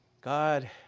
God